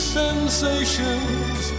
sensations